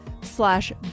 slash